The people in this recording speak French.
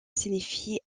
signifie